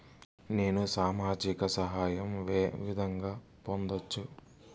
నేను సామాజిక సహాయం వే విధంగా పొందొచ్చు?